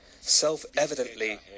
self-evidently